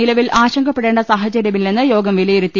നിലവിൽ ആശങ്കപ്പെടേണ്ട സാഹചര്യ മില്ലെന്ന് യോഗം വിലയിരുത്തി